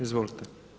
Izvolite.